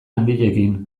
handiekin